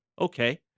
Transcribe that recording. okay